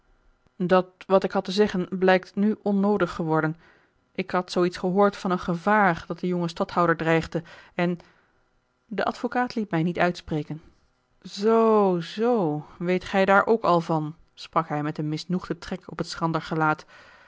dat wat ik had te zeggen blijkt nu onnoodig geworden ik had zoo iets gehoord van een gevaar dat den jongen stadhouder dreigde en de advocaat liet mij niet uitspreken zoo zoo weet gij daar ook al van sprak hij met een misnoegden trek op het schrander gelaat